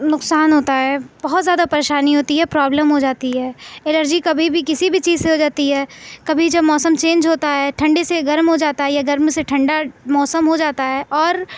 نقصان ہوتا ہے بہت زیادہ پریشانی ہوتی ہے پرابلم ہو جاتی الرجی کبھی بھی کسی بھی چیز سے ہو جاتی ہے کبھی جب موسم چینج ہوتا ہے ٹھنڈے سے گرم ہو جاتا ہے یا گرمی سے ٹھنڈا موسم ہو جاتا ہے اور